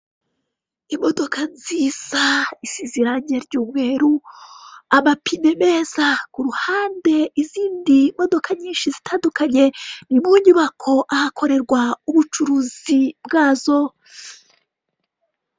Imodoka nziza isize irange ry'umweru amapine meza kuruhande izindi modoka nyinshi zitandukanye munyubako ahakorerwa ubucuruzi bwazo.